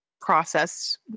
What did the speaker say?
processed